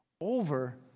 over